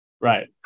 right